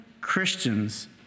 Christians